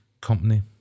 company